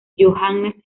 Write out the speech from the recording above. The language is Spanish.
johannes